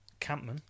Campman